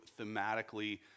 thematically